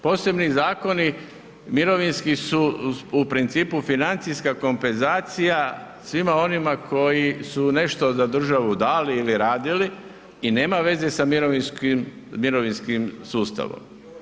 Posebni zakoni mirovinski su u principu financijska kompenzacija svima onima koji su nešto za državu dali ili radili i nema veze sa mirovinskim sustavom.